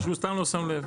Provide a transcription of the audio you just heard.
או שסתם הוא לא שם לב.